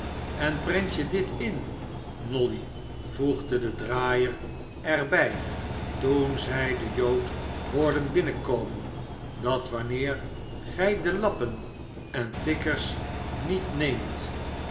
en prent je dit in nolly voegde de draaier er bij toen zij den jood hoorden binnenkomen dat wanneer gij de lappen en tikkers niet neemt